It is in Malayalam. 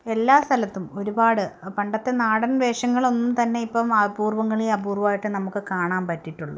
എല്ലാ സ്ഥലത്തും ഒരുപാട് പണ്ടത്തെ നാടൻ വേഷങ്ങളൊന്നും തന്നെ ഇപ്പം അപൂർവ്വങ്ങളിൽ അപൂർവ്വമായിട്ട് നമുക്ക് കാണാൻ പറ്റിയിട്ടുള്ളൂ